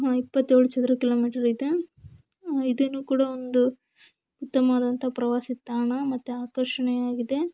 ಇಪ್ಪತ್ತೇಳು ಚದರ ಕಿಲೋಮೀಟರ್ ಇದೆ ಇದೂ ಕೂಡ ಒಂದು ಉತ್ತಮವಾದಂಥ ಪ್ರವಾಸಿ ತಾಣ ಮತ್ತು ಆಕರ್ಷಣೀಯವಾಗಿದೆ